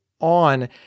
on